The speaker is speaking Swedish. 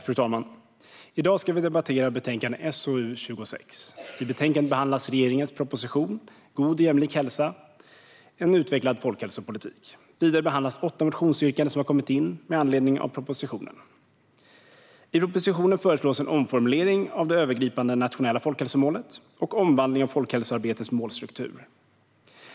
Fru talman! I dag ska vi debattera betänkandet SoU26. I betänkandet behandlas regeringens proposition God och jämlik hälsa - en utvecklad folkhälsopolitik . Vidare behandlas åtta motionsyrkanden som har kommit in med anledning av propositionen. I propositionen föreslås en omformulering av det övergripande nationella folkhälsomålet och omvandling av folkhälsoarbetets målstruktur.